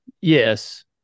Yes